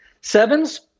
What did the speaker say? Sevens